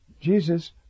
Jesus